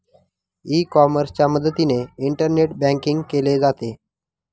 E कॉमर्सच्या मदतीने internet banking केले जाते